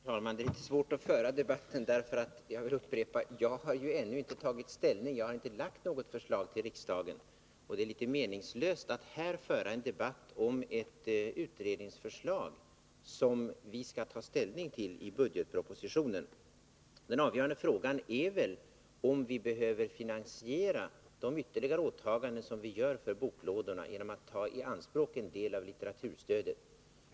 Herr talman! Det är litet svårt att föra debatten, för jag har ju ännu inte tagit ställning — jag upprepar det. Jag har inte lagt fram något förslag för riksdagen i den här frågan. Det är föga meningsfullt att här föra en debatt om ett utredningsförslag som vi skall ta ställning till i budgetpropositionen. Den avgörande frågan är väl om vi behöver finansiera de ytterligare Nr 37 åtaganden som vi gör för boklådorna genom att ta i anspråk en del av Fredagen den litteraturstödet.